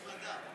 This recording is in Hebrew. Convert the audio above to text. והצמדה.